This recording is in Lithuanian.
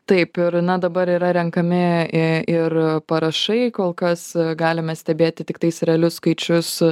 taip ir na dabar yra renkami i ir parašai kol kas galime stebėti tiktais realius skaičius